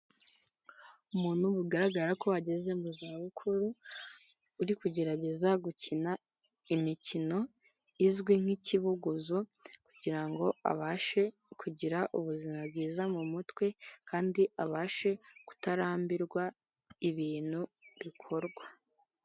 Umuntu bigaragara ko ageze mu za bukuru, uri kugerageza gukina imikino izwi nk'ikibugozo, kugira ngo abashe kugira ubuzima bwiza mu mutwe kandi abashe kutarambirwa ibintu bikorwa.